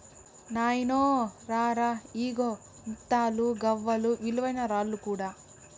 నాయినో రా రా, ఇయ్యిగో ముత్తాలు, గవ్వలు, విలువైన రాళ్ళు కూడా